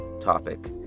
topic